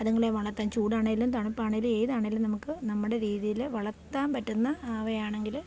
അതുങ്ങളെ വളർത്താൻ ചൂടാണെങ്കിലും തണുപ്പാണെങ്കിലും ഏതാണെങ്കിലും നമുക്ക് നമ്മുടെ രീതിയിൽ വളർത്താൻ പറ്റുന്നവയാണെങ്കിൽ